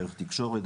דרך תקשורת,